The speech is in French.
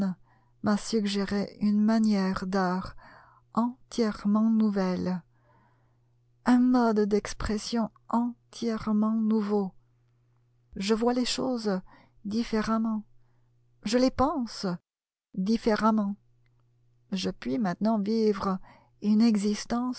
m'a suggéré une manière d'art entièrement nouvelle un mode d'expression entièrement nouveau je vois les choses différemment je les pense différemment je puis maintenant vivre une existence